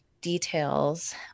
details